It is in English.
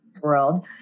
world